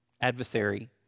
adversary